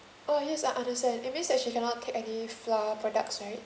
orh yes I understand it means that she cannot take any flour products right